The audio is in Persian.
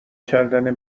کردن